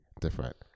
different